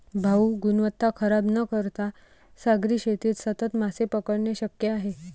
भाऊ, गुणवत्ता खराब न करता सागरी शेतीत सतत मासे पकडणे शक्य आहे